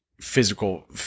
physical